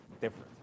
different